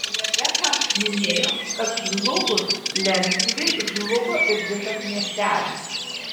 rebeka minėjo kad žlugus lentpjūvei žlugo ir visas miestelis